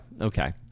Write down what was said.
Okay